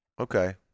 Okay